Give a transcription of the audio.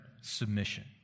submission